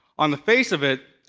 on the face of it,